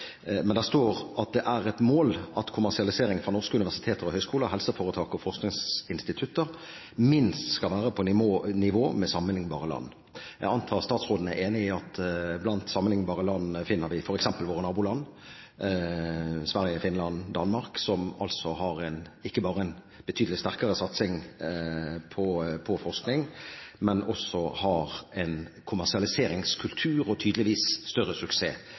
høyskoler, helseforetak og forskningsinstitutter minst skal være på nivå med sammenliknbare land.» Jeg antar statsråden er enig i at blant sammenlignbare land finner vi f.eks. våre naboland, Sverige, Finland, Danmark, som ikke bare har en betydelig sterkere satsing på forskning, men som også har en kommersialiseringskultur og tydeligvis større suksess